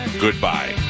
Goodbye